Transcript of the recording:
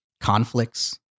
conflicts